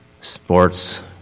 sports